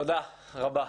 תודה רבה.